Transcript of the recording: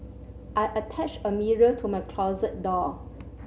I attached a mirror to my closet door